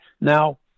Now